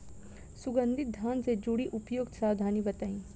सुगंधित धान से जुड़ी उपयुक्त सावधानी बताई?